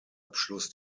abschluss